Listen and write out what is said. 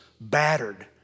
battered